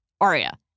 Arya